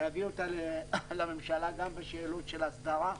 ואביא אותה לממשלה, גם בשאלות של הסדרה,